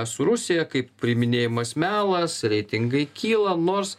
su rusija kaip priiminėjamas melas reitingai kyla nors